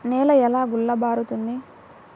నేల ఎలా గుల్లబారుతుంది?